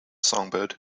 songbird